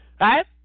Right